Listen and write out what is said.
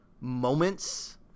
moments